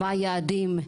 מהם היעדים?